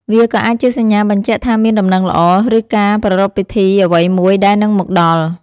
វាក៏អាចជាសញ្ញាបញ្ជាក់ថាមានដំណឹងល្អ ឬការប្រារព្ធពិធីអ្វីមួយដែលនឹងមកដល់។